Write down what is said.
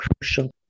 crucial